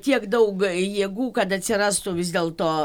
tiek daug jėgų kad atsirastų vis dėl to